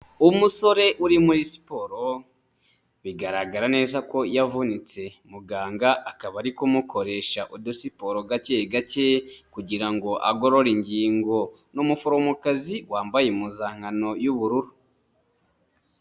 Umusore uri muri siporo bigaragara neza ko yavunitse muganga akaba ari kumukoresha udusiporo gake gake kugira ngo agorore ingingo. Ni umuforomokazi wambaye impuzankano y'ubururu.